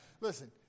Listen